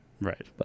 Right